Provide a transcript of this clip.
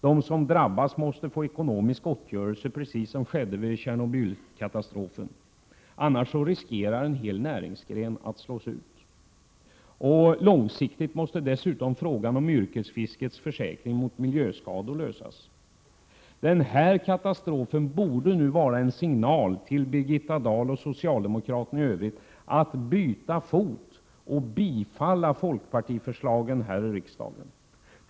De som drabbas måste få ekonomisk gottgörelse på motsvarande sätt som vid Tjernobylkatastrofen, annars riskerar en hel näringsgren att slås ut. Långsiktigt måste dessutom frågan om yrkesfiskets försäkring mot miljöskador lösas. Denna katastrof borde vara en signal till Birgitta Dahl och övriga socialdemokrater att byta fot och bifalla folkpartiförslagen här i riksdagen.